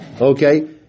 Okay